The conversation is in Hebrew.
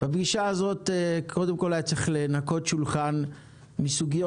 בפגישה הזאת קודם כול היה צריך לנקות שולחן מסוגיות